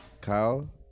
Kyle